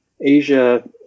Asia